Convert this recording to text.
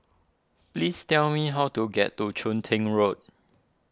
please tell me how to get to Chun Tin Road